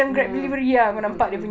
mm mm mm mm